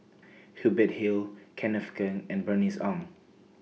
Hubert Hill Kenneth Keng and Bernice Ong